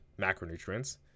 macronutrients